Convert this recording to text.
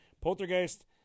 Poltergeist